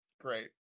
Great